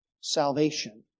salvation